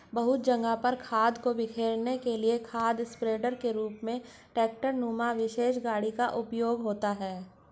बहुत जगह पर खाद को बिखेरने के लिए खाद स्प्रेडर के रूप में ट्रेक्टर नुमा विशेष गाड़ी का उपयोग होता है